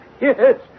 Yes